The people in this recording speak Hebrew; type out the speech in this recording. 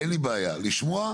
אין לי בעיה לשמוע.